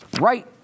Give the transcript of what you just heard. right